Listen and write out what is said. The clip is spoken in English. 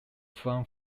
from